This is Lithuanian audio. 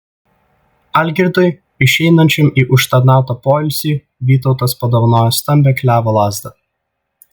algirdui išeinančiam į užtarnautą poilsį vytautas padovanojo stambią klevo lazdą